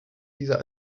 dieser